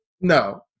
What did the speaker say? No